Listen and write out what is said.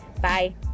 Bye